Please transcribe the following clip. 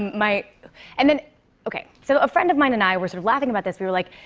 my and then okay. so, a friend of mine and i, we're sort of laughing about this. we were like,